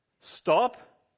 stop